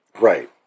Right